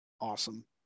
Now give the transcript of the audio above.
awesome